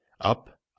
Up